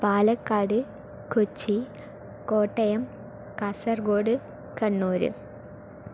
Palakkad Kochi Kottayam Kasaragod Kannur